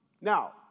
Now